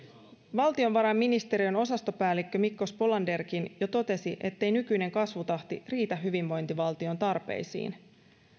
valtiovarainministeriön osastopäällikkö mikko spolanderkin jo totesi ettei nykyinen kasvutahti riitä hyvinvointivaltion tarpeisiin